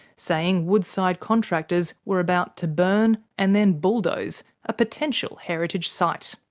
saying woodside contractors were about to burn and then bulldoze a potential heritage site.